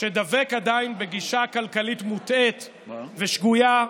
שדבק עדיין בגישה כלכלית מוטעית ושגויה,